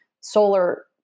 solar